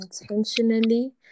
intentionally